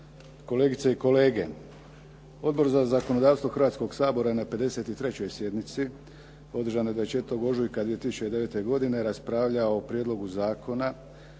kolegice i kolege. Odbor za zakonodavstvo Hrvatskog sabora je na 53. sjednici održanoj 24. ožujka 2009. godine raspravljao o Prijedlogu zakona